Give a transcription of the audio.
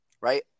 right